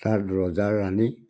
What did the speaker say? তাত ৰজা ৰাণী